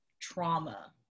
trauma